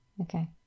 Okay